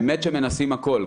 באמת מנסים הכול,